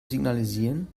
signalisieren